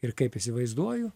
ir kaip įsivaizduoju